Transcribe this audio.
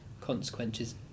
consequences